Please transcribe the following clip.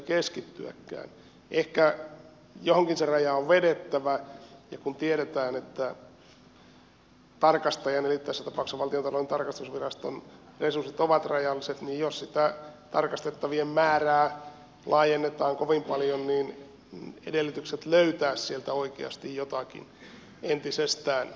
ehkä johonkin se raja on vedettävä ja kun tiedetään että tarkastajan eli tässä tapauksessa valtiontalouden tarkastusviraston resurssit ovat rajalliset niin jos sitä tarkastettavien määrää laajennetaan kovin paljon edellytykset löytää sieltä oikeasti jotakin entisestään heikkenevät